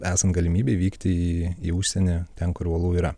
esant galimybei vykti į į užsienį ten kur uolų yra